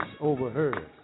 overheard